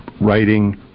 writing